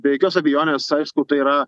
be jokios abejonės aišku tai yra